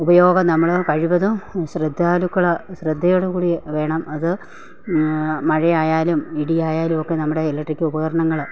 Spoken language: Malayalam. ഉപയോഗം നമ്മൾ കഴിവതും ശ്രദ്ധാലുക്കൾ ശ്രദ്ധയോടു കൂടി വേണം അത് മഴയായാലും ഇടി ആയാലും ഒക്കെ നമ്മുടെ ഇലക്ട്രിക് ഉപകരണങ്ങൾ